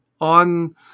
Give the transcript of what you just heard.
on